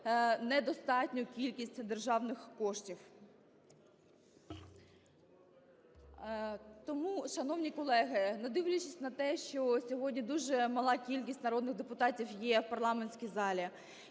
недостатню кількість державних коштів. Тому, шановні колеги, не дивлячись на те, що сьогодні дуже мала кількість народних депутатів є в парламентській залі,